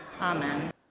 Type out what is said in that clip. Amen